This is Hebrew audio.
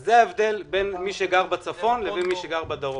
זה ההבדל בין מי שגר בצפון למי שגר במרכז.